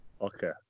Okay